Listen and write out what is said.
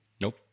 Nope